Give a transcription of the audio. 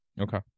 Okay